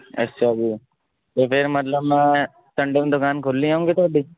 ਅੱਛਾ ਜੀ ਅਤੇ ਫਿਰ ਮਤਲਬ ਮੈਂ ਸੰਡੇ ਨੂੰ ਦੁਕਾਨ ਖੁੱਲ੍ਹੀ ਹੋਵੇਗੀ ਤੁਹਾਡੀ